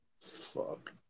Fuck